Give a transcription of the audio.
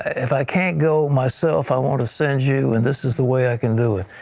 if i can go myself, i want to send you, and this is the way i can do it.